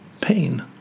pain